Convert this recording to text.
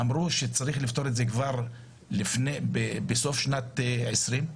אמרו שצריך לפתור את זה כבר בסוף שנת 2020,